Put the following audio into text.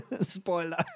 Spoiler